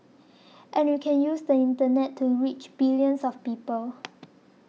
and you can use the Internet to reach billions of people